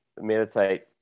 meditate